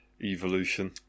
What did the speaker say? Evolution